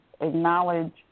acknowledge